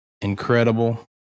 incredible